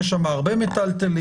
יש שם הרבה מיטלטלין.